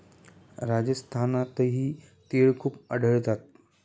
राजस्थानातही तिळ खूप आढळतात